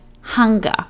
hunger